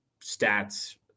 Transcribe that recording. stats